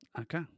Okay